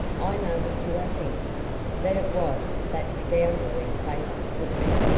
i know what you are thinking that it was that scoundrelly-faced footman.